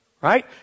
Right